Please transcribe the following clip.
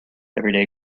everyday